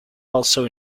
also